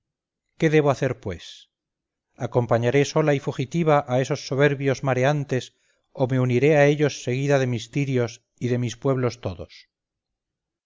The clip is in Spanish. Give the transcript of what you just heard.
qué debo hacer pues acompañaré sola y fugitiva a esos soberbios mareantes o me uniré a ellos seguida de mis tirios y de mis pueblos todos